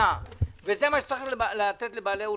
לא,